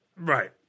Right